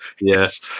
yes